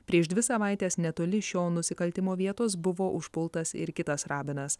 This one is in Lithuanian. prieš dvi savaites netoli šio nusikaltimo vietos buvo užpultas ir kitas rabinas